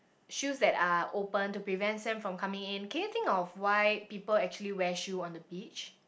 shoes that are open to prevent sand from coming in can you think of why people actually wear shoe on the beach